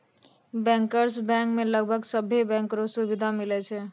bankers bank मे लगभग सभे बैंको रो सुविधा मिलै छै